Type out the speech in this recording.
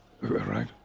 Right